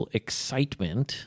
excitement